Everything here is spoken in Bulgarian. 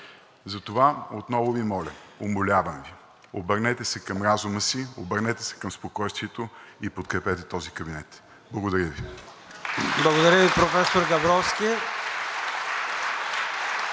Затова отново Ви моля, умолявам Ви, обърнете се към разума си, обърнете се към спокойствието и подкрепете този кабинет. Благодаря Ви. (Ръкопляскания